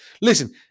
Listen